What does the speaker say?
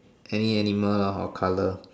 any animal lah or colour